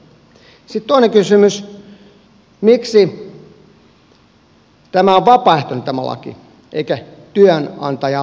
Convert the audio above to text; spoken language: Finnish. miksi tämä laki on vapaaehtoinen eikä työnantajaa velvoittava